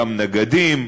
גם נגדים,